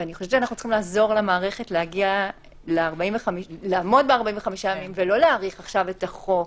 אני חושבת שצריך לעזור למערכת לעמוד ב-45 ימים ולא להאריך את החוק.